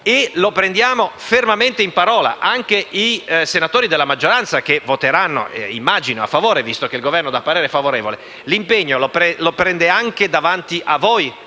Lo prendiamo fermamente in parola, anche i senatori della maggioranza, che immagino voteranno a favore, visto che il Governo ha espresso parere favorevole. L'impegno lo prende anche davanti a voi,